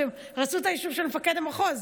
אז הם רצו את האישור של מפקד המחוז.